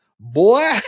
Boy